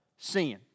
sin